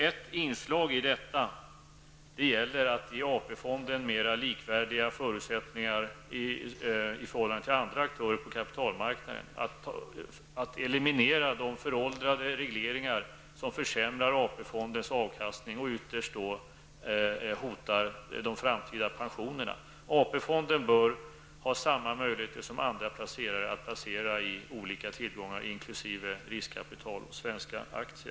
Ett inslag i detta är att ge AP-fonden mera likvärdiga förutsättningar i förhållande till andra aktörer på kapitalmarknaden, dvs. att eliminera de föråldrade regleringar som försämrar AP-fondens avkastning och ytterst då hotar de framtida pensionerna. AP fonden bör ha samma möjligheter som andra placerare att placera i olika tillgångar, inkl.